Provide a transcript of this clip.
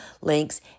links